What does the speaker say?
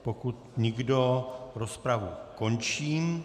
Pokud nikdo, rozpravu končím.